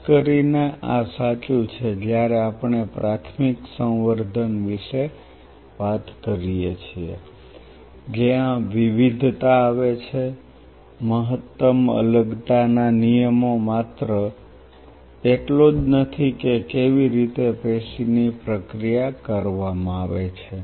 ખાસ કરીને આ સાચું છે જ્યારે આપણે પ્રાથમિક સંવર્ધન વિશે વાત કરીએ છીએ જ્યાં વિવિધતા આવે છે મહત્તમ અલગતાના નિયમો માત્ર એટલો જ નથી કે કેવી રીતે પેશી ની પ્રક્રિયા કરવામાં આવે છે